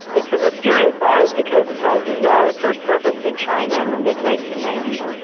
it's a mysterious virus because as far as we know it first surfaced in china in the mid nineteen ninety s,